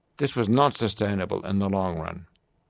this was not sustainable in the long run.